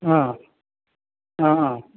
ആ ആ ആ